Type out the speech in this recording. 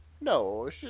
no